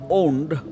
owned